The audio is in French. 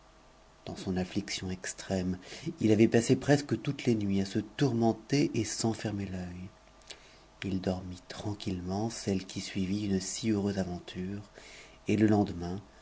dans son affliction extrême il avait passé presque toutes les nuits à se tourmenter et sans fermer l'œit ït dormit tranquillement celle qui suivit une si heureuse aventure et le lendemain